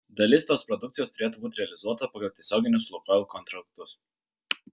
dalis tos produkcijos turėtų būti realizuota pagal tiesioginius lukoil kontraktus